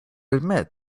admit